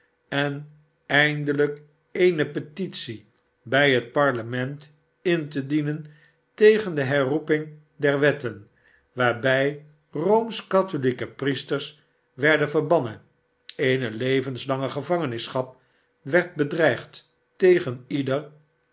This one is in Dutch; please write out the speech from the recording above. en eindelijk eene petitie bij het parlement in te dienen tegen de herroeping der wetten waarbij roomsch katholijke priesters werden verbannen eene levenslange gevangenschap werd bedreigd tegen ieder